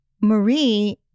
Marie